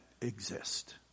exist